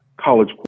college